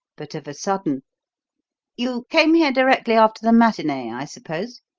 but, of a sudden you came here directly after the matinee, i suppose?